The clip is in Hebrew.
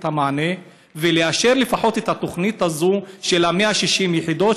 המענה ולאשר לפחות את התוכנית הזאת של 160 יחידות,